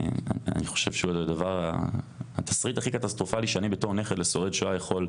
אני חושב שהתסריט הכי קטסטרופלי שאני בתור נכד לשורד שואה יכול לדמיין,